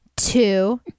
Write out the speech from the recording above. Two